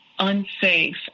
Unsafe